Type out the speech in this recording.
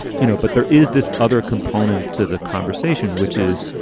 you know, but there is this other component to the conversation, which is,